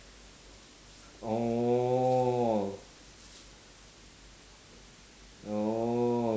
orh orh